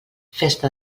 festa